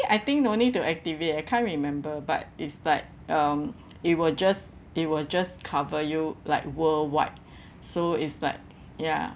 I think no need to activate I can't remember but it's like um it will just it will just cover you like worldwide so is like ya